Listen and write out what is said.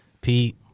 pete